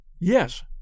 Yes